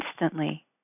instantly